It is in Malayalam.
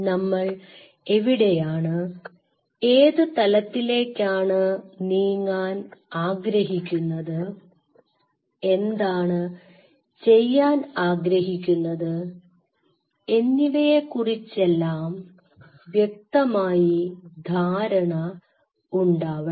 നമ്മൾ എവിടെയാണ് ഏതു തലത്തിലേക്കാണ് നീങ്ങാൻ ആഗ്രഹിക്കുന്നത് എന്താണ് ചെയ്യാൻ ആഗ്രഹിക്കുന്നത് എന്നിവയെക്കുറിച്ചെല്ലാം വ്യക്തമായി ധാരണ ഉണ്ടാവണം